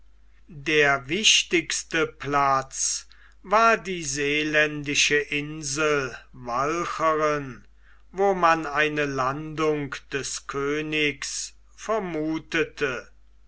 der wichtigste platz war die seeländische insel walcheren wo man eine landung des königs vermuthete